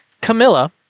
Camilla